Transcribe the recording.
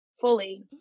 fully